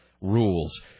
rules